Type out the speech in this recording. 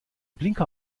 blinker